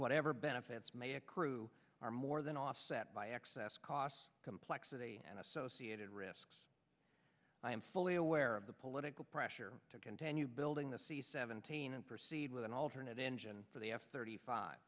whatever benefits may accrue are more than offset by excess os complexity and associated risks i am fully aware of the political pressure to continue building the c seventeen and proceed with an alternate engine for the f thirty five